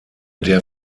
der